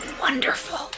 Wonderful